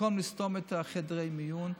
במקום לסתום את חדרי המיון,